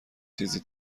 تیزی